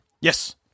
Yes